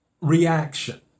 reaction